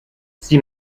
sie